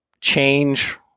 change